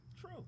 True